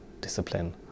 discipline